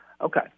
Okay